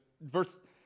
verse